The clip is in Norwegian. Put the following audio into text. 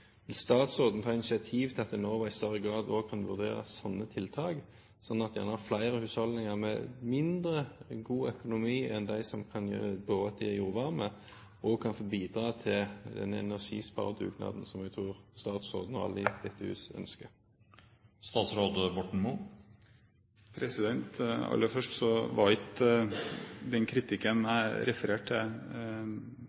Vil statsråden ta initiativ til at Enova i større grad kan vurdere slike tiltak, slik at flere husholdninger med mindre god økonomi enn de har som kan bore etter jordvarme, også kan få bidra til den energisparedugnaden som jeg tror statsråden og alle i dette hus ønsker? Aller først: Når det gjaldt kritikken jeg refererte til, var det ikke dermed sagt at den